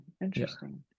Interesting